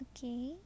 Okay